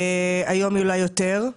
היום היא עולה יותר.